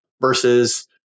versus